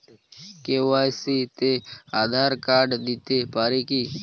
KYC তে Aadhaar card দিতে পারি কি?